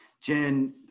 jen